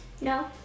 No